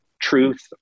truth